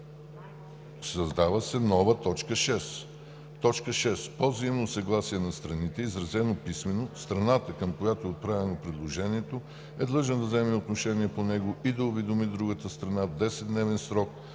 създава се нова т. 6: „6. по взаимно съгласие на страните, изразено писмено; страната, към която е отправено предложението, е длъжна да вземе отношение по него и да уведоми другата страна в 10-дневен срок;